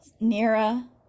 Nira